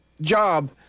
job